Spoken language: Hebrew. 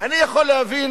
אני יכול להבין